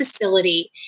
facility